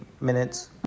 minutes